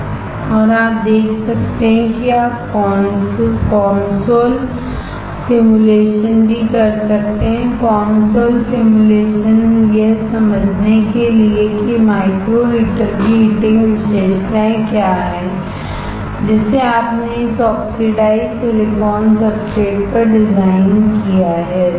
और आप देख सकते हैं कि आप COMSOL सिमुलेशन भी कर सकते हैं COMSOL सिमुलेशन यह समझने के लिए कि माइक्रो हीटर की हीटिंग विशेषताएं क्या है जिसे आपने इस ऑक्सीडाइज्ड सिलिकॉन सब्सट्रेट पर डिज़ाइन किया है सही है